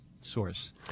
source